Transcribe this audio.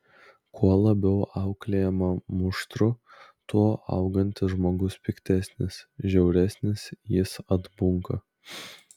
kuo labiau auklėjama muštru tuo augantis žmogus piktesnis žiauresnis jis atbunka